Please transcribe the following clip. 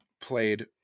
played